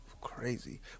Crazy